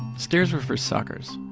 stairs were for suckers